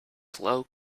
slow